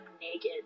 naked